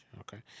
Okay